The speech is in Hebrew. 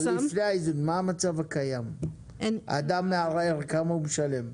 במצב הקיים, אם אדם מערער, כמה הוא משלם?